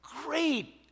great